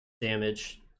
damage